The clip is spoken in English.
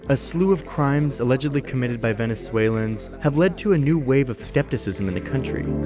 a slew of crimes, allegedly committed by venezuelans, have led to a new wave of skepticism in the country.